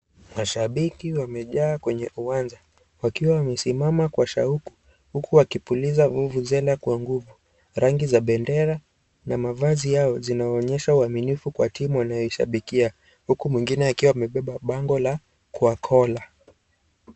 Mashabiki wamejaa kwenye uwanja, wakiwa wamesimama kwa shauku, huku wakipuliza vuvuzela kwa nguvu, Rangi za bendera na mavazi yao zinaonyesha uaminifu kwa timu wanayishabikia, huku mwingine akiwa amebeba bango la Kwa kola.